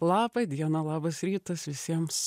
laba diena labas rytas visiems